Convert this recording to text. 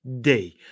day